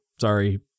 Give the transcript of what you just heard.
sorry